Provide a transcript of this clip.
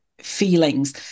feelings